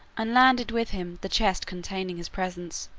and landed with him the chest containing his presents,